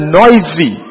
noisy